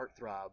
heartthrob